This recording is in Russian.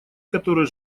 который